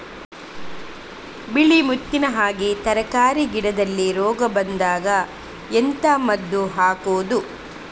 ಬಿಳಿ ಮುತ್ತಿನ ಹಾಗೆ ತರ್ಕಾರಿ ಗಿಡದಲ್ಲಿ ರೋಗ ಬಂದಾಗ ಎಂತ ಮದ್ದು ಹಾಕುವುದು?